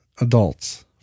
adults